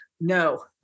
No